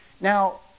Now